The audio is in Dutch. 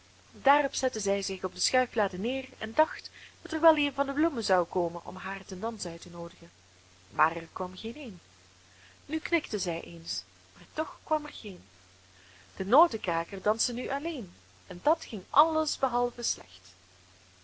daarop zette zij zich op de schuiflade neer en dacht dat er wel een van de bloemen zou komen om haar ten dans uit te noodigen maar er kwam er geen nu knikte zij eens maar toch kwam er geen de notenkraker danste nu alleen en dat ging alles behalve slecht